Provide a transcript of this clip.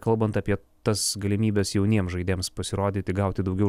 kalbant apie tas galimybes jauniems žaidėjams pasirodyti gauti daugiau